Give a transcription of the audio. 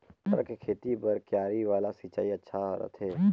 मटर के खेती बर क्यारी वाला सिंचाई अच्छा रथे?